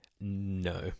No